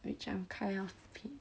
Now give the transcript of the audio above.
which I'm kind of p~